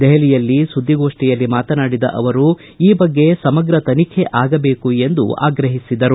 ದೆಹಲಿಯಲ್ಲಿ ಸುದ್ದಿಗೋಷ್ಠಿಯಲ್ಲಿ ಮಾತನಾಡಿದ ಅವರು ಈ ಬಗ್ಗೆ ಸಮಗ್ರ ತನಿಖೆ ಆಗಬೇಕು ಎಂದು ಆಗ್ರಹಿಸಿದರು